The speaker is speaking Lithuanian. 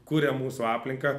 kuria mūsų aplinką